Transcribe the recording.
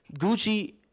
Gucci